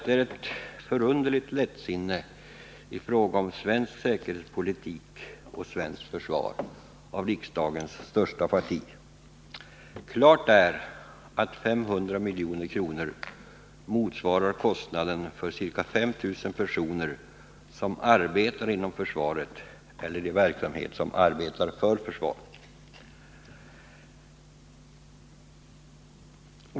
Det är ett förunderligt lättsinne av riksdagens största parti i fråga om svensk säkerhetspolitik och svenskt försvar. Klart är att 500 milj.kr. motsvarar kostnaden för ca 5 000 personer som arbetar inom försvaret eller i verksamhet som arbetar at försvaret.